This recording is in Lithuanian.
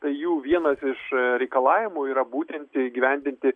tai jų vienas iš reikalavimų yra būtent įgyvendinti